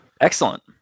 Excellent